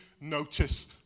notice